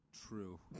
True